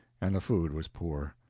and the food was poor.